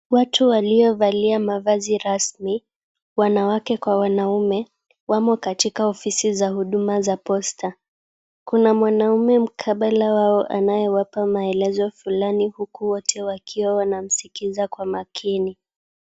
Watu waliovalia mavazi rasmi wanawake kwa wanaume, wamo katika ofisi za huduma za Posta. Kuna mwanaume mkabala wao anayewapa maelezo fulani huku wote wakiwa wanamsikiza kwa makini.